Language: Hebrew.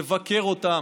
לבקר אותם,